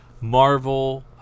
Marvel